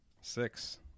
Six